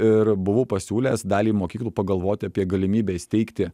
ir buvau pasiūlęs daliai mokyklų pagalvoti apie galimybę įsteigti